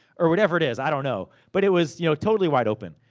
or whatever it is. i don't know. but it was you know totally wide open.